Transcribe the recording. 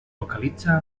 localitza